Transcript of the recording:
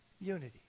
Unity